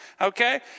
okay